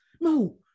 No